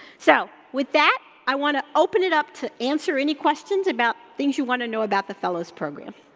so, with that, i wanna open it up to answer any questions about things you wanna know about the fellows program.